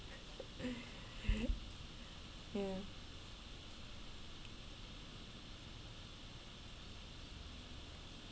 yeah